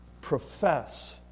profess